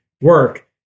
work